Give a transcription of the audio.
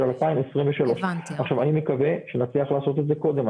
2023. אני מקווה שנצליח לעשות את זה קודם.